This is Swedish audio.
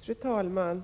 Fru talman!